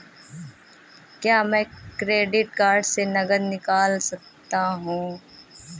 क्या मैं credit card से नकद निकाल सकता हूँ?